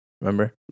remember